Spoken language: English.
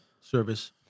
service